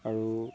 আৰু